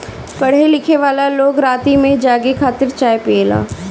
पढ़े लिखेवाला लोग राती में जागे खातिर चाय पियेला